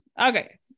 okay